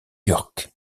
york